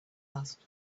asked